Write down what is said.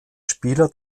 spieler